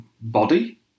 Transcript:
body